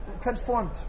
transformed